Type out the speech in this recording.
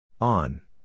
on